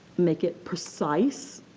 make it precise.